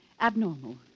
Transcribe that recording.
abnormal